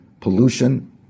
pollution